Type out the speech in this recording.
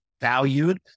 valued